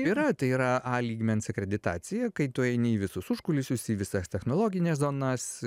yra tai yra a lygmens akreditacija kai tu eini į visus užkulisius į visas technologines zonas